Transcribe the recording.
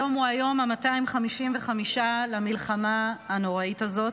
היום הוא היום ה-255 למלחמה הנוראית הזאת.